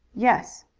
yes.